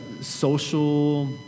social